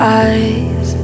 eyes